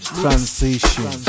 transition